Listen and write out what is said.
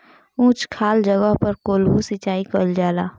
उच्च खाल जगह पर कोल्हू सिचाई कइल जाला